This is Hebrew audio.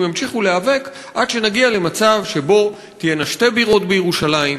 הם ימשיכו להיאבק עד שנגיע למצב שבו תהיינה שתי בירות בירושלים,